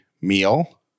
meal